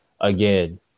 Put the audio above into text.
again